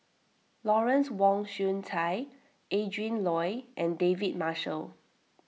Lawrence Wong Shyun Tsai Adrin Loi and David Marshall